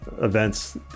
events